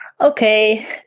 Okay